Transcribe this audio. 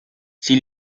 sie